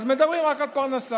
אז מדברים רק על פרנסה.